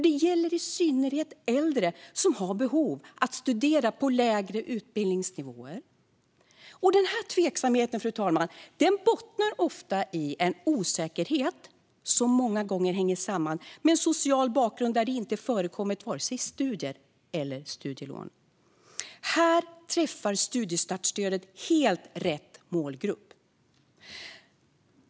Det gäller i synnerhet äldre som har behov av att studera på lägre utbildningsnivåer. Den här tveksamheten, fru talman, bottnar ofta i en osäkerhet som många gånger hänger samman med en social bakgrund där det inte förekommit vare sig studier eller studielån. Här träffar studiestartsstödet helt rätt målgrupp.